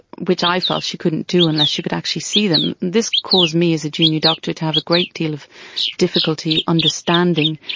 which i felt she couldn't do unless she could actually see them. this caused me as a junior doctor to have a great deal of difficulty understanding